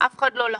אף אחד לא לחוץ,